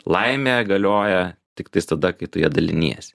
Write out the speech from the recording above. laimė galioja tiktais tada kai tu ja daliniesi